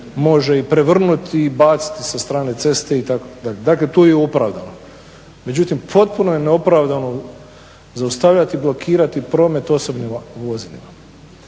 može i prevrnuti i baciti sa strane ceste itd. Dakle, tu je opravdano. Međutim, potpuno je neopravdano zaustavljati, blokirati promet osobnim vozilima.